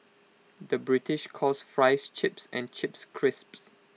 the British calls Fries Chips and Chips Crisps